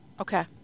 Okay